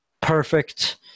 perfect